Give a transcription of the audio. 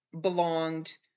belonged